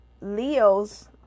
leos